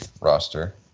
roster